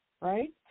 right